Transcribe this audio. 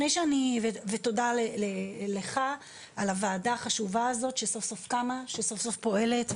תודה לך על הוועדה החשובה הזו שסוף סוף קמה ופועלת,